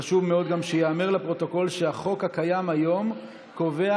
חשוב מאוד שייאמר לפרוטוקול שהחוק הקיים היום קובע